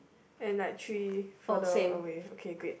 and like three further away okay great